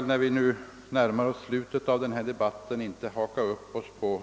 Nu när vi närmar oss slutet av denna debatt bör vi väl inte i onödan haka upp oss på